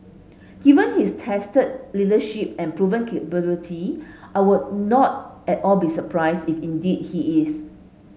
given his tested leadership and proven capability I would not at all be surprised if indeed he is